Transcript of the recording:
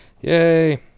Yay